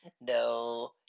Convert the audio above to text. No